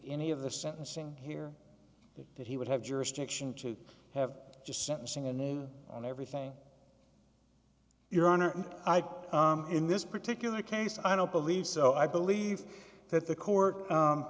any of the sentencing here is that he would have jurisdiction to have just sentencing and then on everything your honor in this particular case i don't believe so i believe that the court